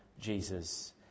Jesus